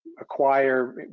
acquire